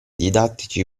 didattici